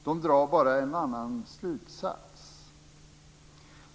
De drar bara en annan slutsats.